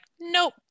nope